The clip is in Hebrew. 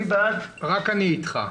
רק אני אתך.